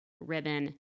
ribbon